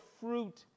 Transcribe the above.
fruit